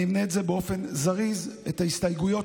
אני אמנה באופן זריז את ההסתייגויות